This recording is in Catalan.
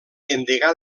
endegar